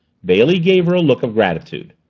bailey gave her a look of gratitude.